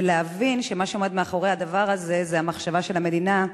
ולהבין שמה שעמד מאחורי הדבר הזה זה המחשבה של המדינה,